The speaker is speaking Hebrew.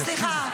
תקשיבי.